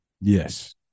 Yes